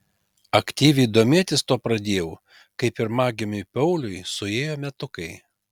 aktyviai domėtis tuo pradėjau kai pirmagimiui pauliui suėjo metukai